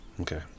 Okay